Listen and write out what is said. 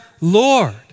Lord